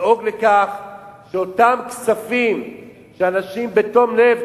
לדאוג לכך שאותם כספים שאנשים תורמים בתום לב,